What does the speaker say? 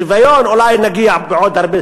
לשוויון אולי נגיע בעוד הרבה,